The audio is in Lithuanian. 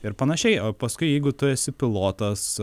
ir panašiai o paskui jeigu tu esi pilotas